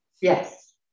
Yes